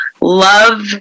love